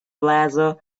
plaza